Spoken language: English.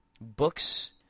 Books